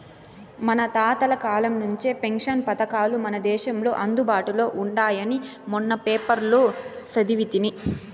మన తాతల కాలం నుంచే పెన్షన్ పథకాలు మన దేశంలో అందుబాటులో ఉండాయని మొన్న పేపర్లో సదివితి